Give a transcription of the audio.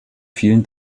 vielen